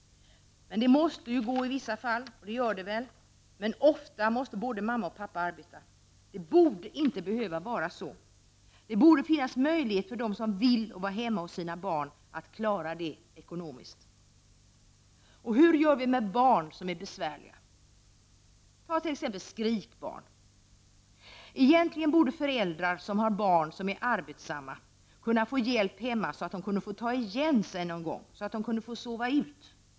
Det måste ju gå i vissa fall, och det gör det väl, men ofta måste både pappa och mamma arbeta. Det borde inte behöva vara så. Det borde finnas möjlighet för dem som vill vara hemma hos sina barn att klara detta ekonomiskt. Hur gör vi med barn som är besvärliga? Ta t.ex. skrikbarn. Egentligen borde föräldrar som har barn som är arbetsamma kunna få hjälp hemma, så att föräldrarna kunde få ta igen sig och få sova ut.